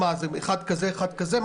תגיעו להסכמות.